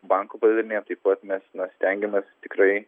banko padalinyje taip pat mes na stengiamės tikrai